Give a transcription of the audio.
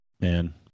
man